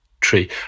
tree